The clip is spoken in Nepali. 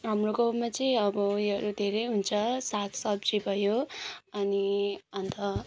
हाम्रो गाउँमा चाहिँ अब उयोहरू धेरै हुन्छ साग सब्जी भयो अनि अन्त